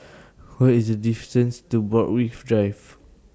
What IS The distance to Borthwick Drive